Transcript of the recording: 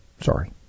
Sorry